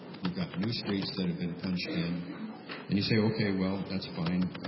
you've got new streets that have been punched in and you say, okay, well that's fine,